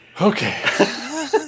Okay